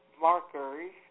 markers